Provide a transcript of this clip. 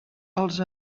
els